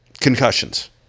concussions